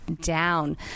down